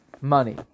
Money